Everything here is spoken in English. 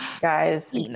guys